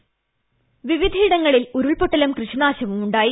voice വിവിധയിടങ്ങളിൽ ഉരുൾപൊട്ടലും കൃഷിനാശവും ഉണ്ടായി